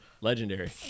legendary